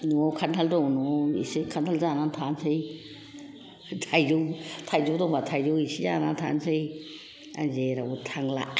न' आव खान्थाल दं न'आव एसे खान्थाल जाना थानोसै थाइजौ दंबा एसे जाना थानोसै आं जेरावबो थांला